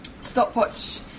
Stopwatch